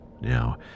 Now